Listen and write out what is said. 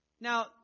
Now